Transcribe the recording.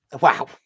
Wow